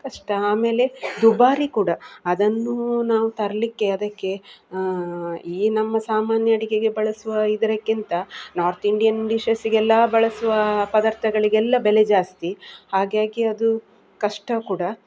ಕಷ್ಟ ಆಮೇಲೆ ದುಬಾರಿ ಕೂಡ ಅದನ್ನು ನಾವು ತರಲಿಕ್ಕೆ ಅದಕ್ಕೆ ಈ ನಮ್ಮ ಸಾಮಾನ್ಯ ಅಡುಗೆಗೆ ಬಳಸುವ ಇದಕ್ಕಿಂತ ನಾರ್ತ್ ಇಂಡಿಯನ್ ಡಿಶಸ್ಸಿಗೆಲ್ಲ ಬಳಸುವ ಪದಾರ್ಥಗಳಿಗೆಲ್ಲ ಬೆಲೆ ಜಾಸ್ತಿ ಹಾಗಾಗಿ ಅದು ಕಷ್ಟ ಕೂಡ